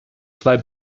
zwei